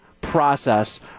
process